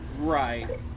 right